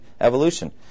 evolution